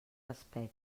raspeig